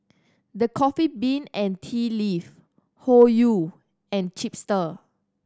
The Coffee Bean and Tea Leaf Hoyu and Chipster